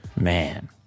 man